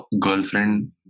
girlfriend